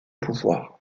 pouvoir